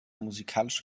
musikalische